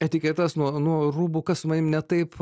etiketes nuo nuo rūbų kas su manim ne taip